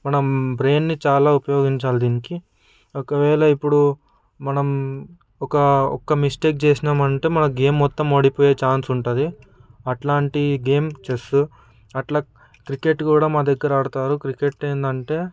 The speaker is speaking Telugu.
మనం బ్రెయిన్ని చాలా ఉపయోగించాలి దీనికి ఒకవేళ ఇప్పుడు మనం ఒక ఒక మిస్టేక్ చేసినాం అంటే గేమ్ మొత్తం ఓడిపోయే ఛాన్స్ ఉంటుంది అట్లాంటి గేమ్ చెస్ అట్లా క్రికెట్ కూడా మా దగ్గర ఆడుతారు క్రికెట్ ఏంటంటే